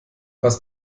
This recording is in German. pass